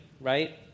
right